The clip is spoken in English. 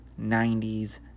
90s